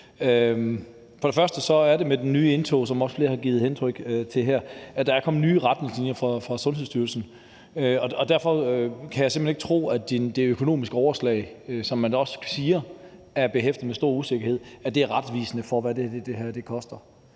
For det første er der, som også flere har givet udtryk for her, kommet nye retningslinjer fra Sundhedsstyrelsen, og derfor kan jeg simpelt hen ikke tro, at det økonomiske overslag, som man også siger er behæftet med så stor usikkerhed, er retvisende for, hvad det her koster.